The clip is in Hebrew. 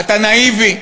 אתה נאיבי.